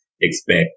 expect